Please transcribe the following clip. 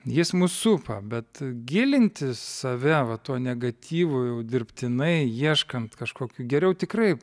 jis mus supa bet gilinti save va to negatyvu dirbtinai ieškant kažkokių geriau tikrai